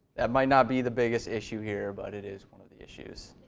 that might not be the biggest issue here but it is one of the issues.